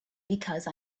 because